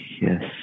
Yes